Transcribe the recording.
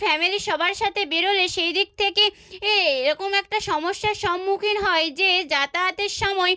ফ্যামিলির সবার সাথে বেরোলে সেই দিক থেকে এ এরকম একটা সমস্যার সম্মুখীন হয় যে যাতায়াতের সময়